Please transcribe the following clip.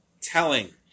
telling